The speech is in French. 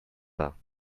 pas